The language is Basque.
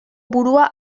burua